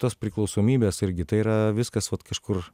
tos priklausomybės irgi tai yra viskas vat kažkur